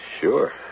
Sure